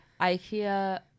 ikea